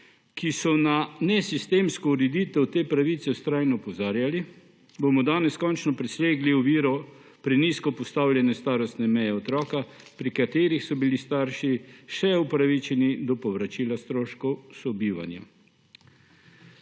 ki so na nesistemsko ureditev te pravice vztrajno opozarjali, bomo danes končno presegli oviro prenizko postavljene starostne meje otroka, pri kateri so bili starši še upravičeni do povračila stroškov sobivanja.